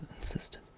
insisted